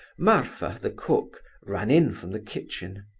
martha, the cook, ran in from the kitchen.